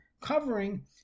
covering